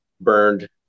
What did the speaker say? burned